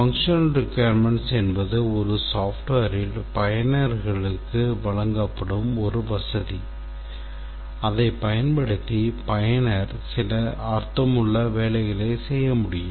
செயல்பாட்டுத் தேவை என்பது ஒரு softwareல் பயனர்களுக்கு வழங்கப்படும் ஒரு வசதி அதைப் பயன்படுத்தி பயனர் சில அர்த்தமுள்ள வேலைகளைச் செய்ய முடியும்